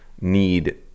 need